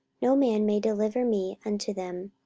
no man may deliver me unto them.